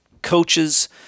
coaches